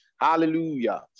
Hallelujah